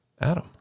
Adam